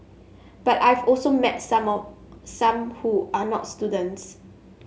but I've also met some of some who are not students